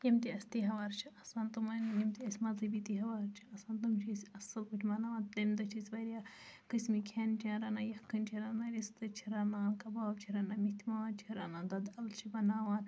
یِم تہِ اسہِ تہوار چھِ آسان تِمن یِم تہِ اسہِ مذہبی تہوار چھِ آسان تِم چھِ أسۍ اصٕل پٲٹھۍ مناوان تَمہِ دۄہ چھِ أسۍ واریاہ قسمٕکۍ کھیٚن چیٚن رَنان یَکھٕنۍ چھِ رَنان رِستہٕ چھِ رَنان کَباب چھِ رَنان میٚتھہِ ماز چھِ رَنان دۄدھہٕ اَلہٕ چھِ بناوان